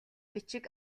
бичиг